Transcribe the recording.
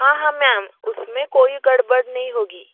हाँ हाँ मैम उसमें कोई गड़बड़ नहीं होगी